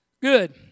Good